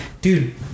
dude